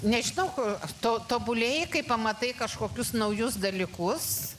nežinau kur tu tobulėji kai pamatai kažkokius naujus dalykus